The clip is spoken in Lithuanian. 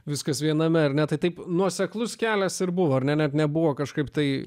viskas viename ar ne tai taip nuoseklus kelias ir buvo ar net nebuvo kažkaip tai